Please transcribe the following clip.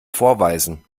vorweisen